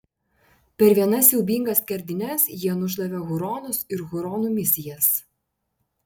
per vienas siaubingas skerdynes jie nušlavė huronus ir huronų misijas